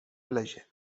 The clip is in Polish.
wlezie